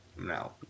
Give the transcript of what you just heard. no